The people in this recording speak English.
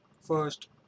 first